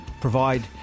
provide